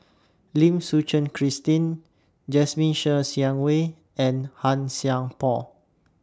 Lim Suchen Christine Jasmine Ser Xiang Wei and Han Sai Por